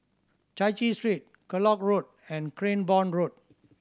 Chai Chee Street Kellock Road and Cranborne Road